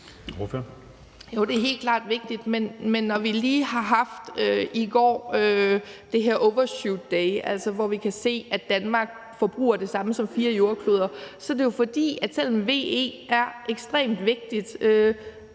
det er helt klart vigtigt, men når vi i går lige havde den her overshoot day, altså hvor vi kunne se, at Danmark forbruger det samme som fire jordkloder, er det jo, fordi vi, selv om VE er ekstremt vigtigt